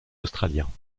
australiens